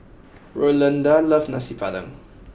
Rolanda loves Nasi Padang